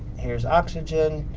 here's oxygen,